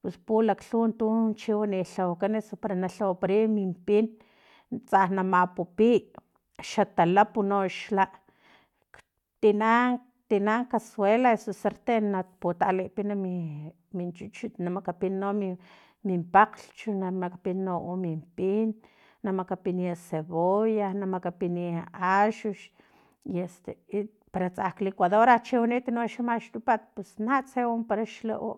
pus pulakglhuwa tun chiwani lhawakan usu para na lhawaparay min pin tsa na mapupiy tsa xa talapu no xla tina tina casuela osu sarten na putalipin min chuchut na makapin min pakglhch na makapin no min pin na makapiniy cebolla na makapin axux i este para tsa licuadora chi waniti no maxtupat na tse wampara xla u